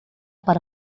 para